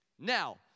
Now